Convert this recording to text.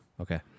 Okay